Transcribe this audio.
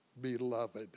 beloved